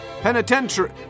penitentiary